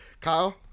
Kyle